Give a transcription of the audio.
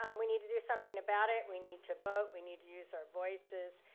um we need to do something about it, we need to vote, we need to use our voices,